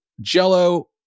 jello